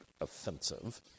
offensive